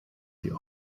sie